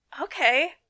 Okay